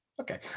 Okay